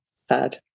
sad